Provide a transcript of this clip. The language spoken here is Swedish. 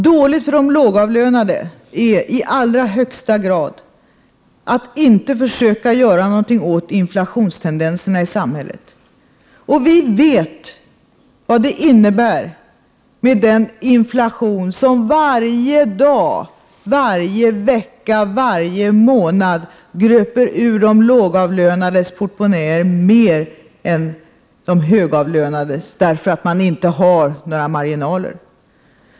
Det är i allra högsta grad också dåligt för de lågavlönade, om man inte försöker göra något åt inflationstendenserna i samhället. Vi vet vad det innebär med den inflation som varje dag, varje vecka, varje månad gröper ur de lågavlönades portmonnäer mer än de högavlönades, eftersom man inte har några marginaler.